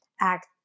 act